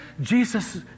Jesus